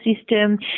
system